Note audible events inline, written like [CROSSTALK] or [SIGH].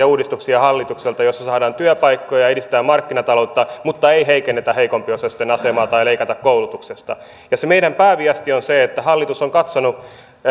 [UNINTELLIGIBLE] uudistuksia joissa saadaan työpaikkoja ja edistetään markkinataloutta mutta ei heikennetä heikompiosaisten asemaa tai leikata koulutuksesta meidän pääviesti on se että hallitus on katsonut